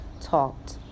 talked